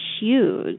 huge